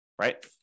right